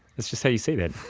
that's just how you say that.